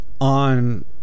on